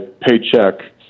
paycheck